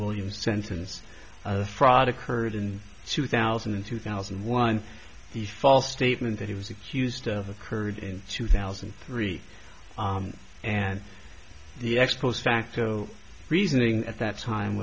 williams sentence fraud occurred in two thousand and two thousand and one the false statement that he was accused of occurred in two thousand and three and the ex post facto reasoning at that time